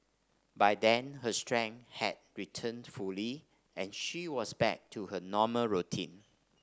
by then her strength had returned fully and she was back to her normal routine